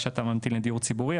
כשאתה ממתין לדיור ציבורי,